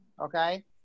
okay